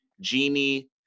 Genie